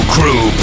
Crew